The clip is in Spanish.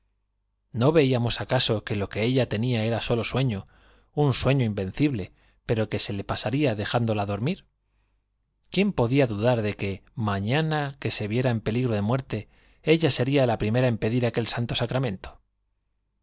o veíamos acaso que lo que ella tenía era sólo sueño un sueño invencible pero que se le pasaría dejándola dor mir p quién podía dudar de que mañana que se viera en peligro de muerte ella sería la primera en pedir aquel jsanto sacramen